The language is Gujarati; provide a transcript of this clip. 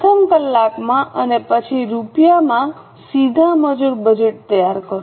પ્રથમ કલાકમાં અને પછી રૂપિયામાં સીધા મજૂર બજેટ તૈયાર કરો